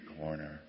corner